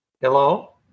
Hello